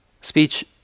speech